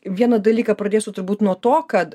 vieną dalyką pradėsiu turbūt nuo to kad